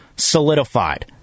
solidified